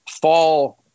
fall